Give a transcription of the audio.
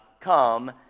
come